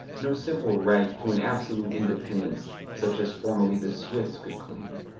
no simple right to an absolute independence such as formerly the swiss could claim.